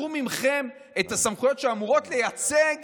לקחו מכם את הסמכויות שאמורות לייצג